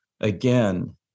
again